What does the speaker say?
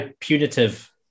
punitive